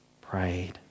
prayed